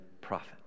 prophet